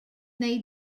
wnei